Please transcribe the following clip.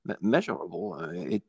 measurable